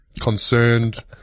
concerned